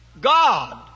God